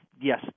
yes